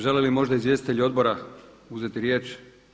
Žele li možda izvjestitelji odbora uzeti riječ?